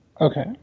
Okay